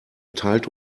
teilt